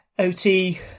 Ot